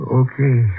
okay